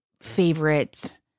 favorite